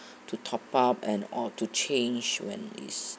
to top up and or to change when is